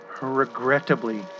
regrettably